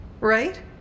right